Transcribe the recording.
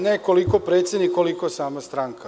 Ne koliko predsednik koliko sama stranka.